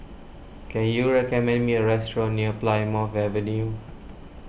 can you recommend me a restaurant near Plymouth Avenue